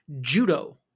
judo